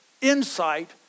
insight